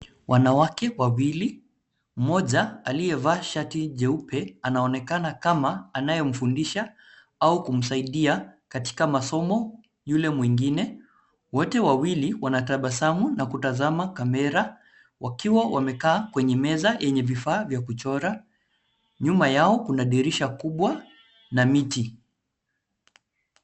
Wanawake wawili, mmoja aliyevaa shati jeupe, anaonekana kama, anayemfundisha au kumsaidia, katika masomo yule mwingine. Wote wawili, wanatabasamu na kutazama kamera, wakiwa wamekaa kwenye meza yenye vifaa vya kuchora. Nyuma yao kuna dirisha kubwa, na miti.